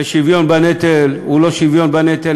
ושוויון בנטל הוא לא שוויון בנטל,